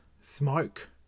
smoke